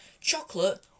chocolate